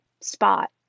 spot